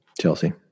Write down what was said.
Chelsea